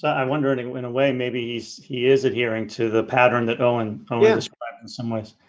ah i'm wondering went away. maybe he is adhering to the pattern that owen owen so in some ways